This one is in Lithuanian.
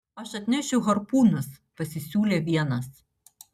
aš atnešiu harpūnus pasisiūlė vienas